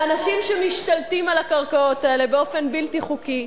לאנשים שמשתלטים על הקרקעות האלה באופן בלתי חוקי,